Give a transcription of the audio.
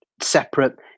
separate